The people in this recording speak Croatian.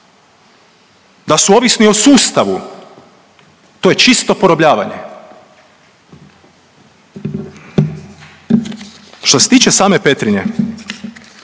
da su ovisni o sustavu. To je čisto porobljavanje. Što se tiče same Petrinje,